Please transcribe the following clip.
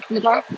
aku cakap